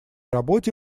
работе